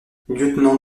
lieutenant